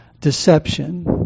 deception